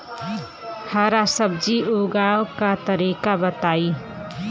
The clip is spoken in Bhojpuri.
हरा सब्जी उगाव का तरीका बताई?